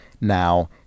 now